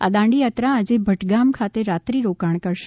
આ દાંડીયાત્રા આજે ભટગામ ખાતે રાત્રિરોકાણ કરશે